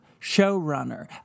showrunner